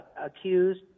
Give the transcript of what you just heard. accused